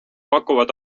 pakuvad